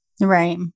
right